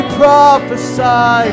prophesy